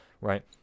right